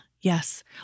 Yes